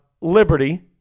Liberty